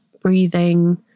breathing